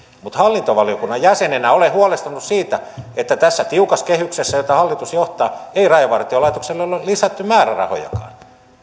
mutta hallintovaliokunnan jäsenenä olen huolestunut siitä että tässä tiukassa kehyksessä jota hallitus johtaa ei rajavartiolaitokselle ole lisätty määrärahojakaan